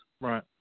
Right